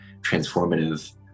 transformative